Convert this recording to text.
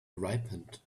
ripened